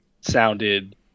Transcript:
sounded